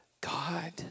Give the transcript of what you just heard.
God